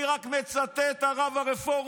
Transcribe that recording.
אני רק מצטט, הרב הרפורמי.